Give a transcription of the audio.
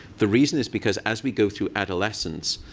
the reason is because as we go through adolescence,